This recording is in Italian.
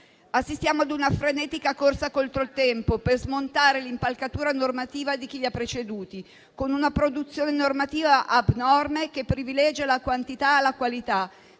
Assistiamo a una frenetica corsa contro il tempo per smontare l'impalcatura normativa di chi li ha preceduti, con una produzione normativa abnorme che privilegia la quantità alla qualità,